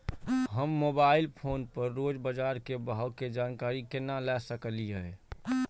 हम mobile phone पर रोज बाजार के भाव के जानकारी केना ले सकलिये?